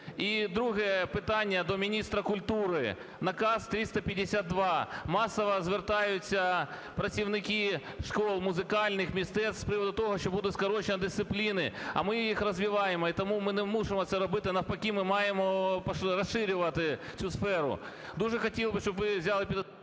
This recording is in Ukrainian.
І друге питання до міністра культури. Наказ 352, масово звертаються працівники шкіл музикальних, мистецтв з приводу того, що будуть скорочені дисципліни, а ми їх розвиваємо, і тому ми не мусимо це робити, а навпаки, ми маємо розширювати цю сферу. Дуже хотів би, щоб ви взяли під...